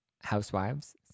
housewives